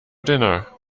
dinner